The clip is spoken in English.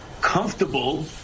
comfortable